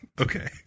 okay